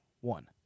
one